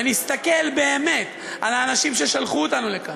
ונסתכל באמת על האנשים ששלחו אותנו לכאן,